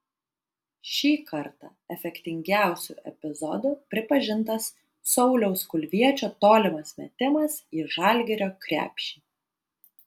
šį kartą efektingiausiu epizodu pripažintas sauliaus kulviečio tolimas metimas į žalgirio krepšį